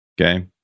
Okay